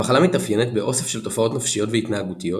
המחלה מתאפיינת באוסף של תופעות נפשיות והתנהגותיות